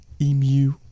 emu